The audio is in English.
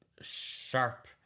sharp